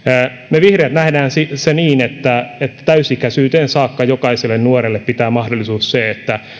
me vihreät näemme niin että täysi ikäisyyteen saakka jokaiselle nuorelle pitää mahdollistaa se että